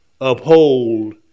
uphold